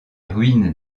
ruines